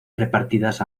repartidas